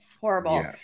horrible